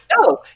No